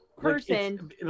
person